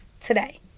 today